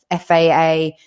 FAA